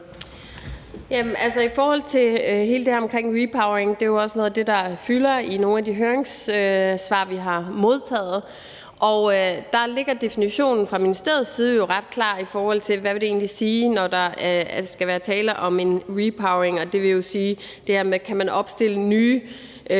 af det, der fylder i nogle af de høringssvar, vi har modtaget. Der er definitionen fra ministeriets side jo ret klar, i forhold til hvad det egentlig vil sige, at der skal være tale om en repowering, dvs. det her med, om man kan opstille nye møller